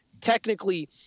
technically